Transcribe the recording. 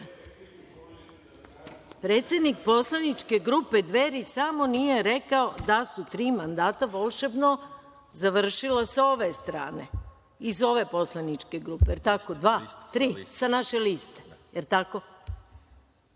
vas. Predsednik poslaničke grupe Dveri samo nije rekao da su tri mandata volšebno završila sa ove strane i iz ove poslaničke grupe, da li je tako, sa naše liste. Da li je tako?